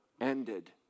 ended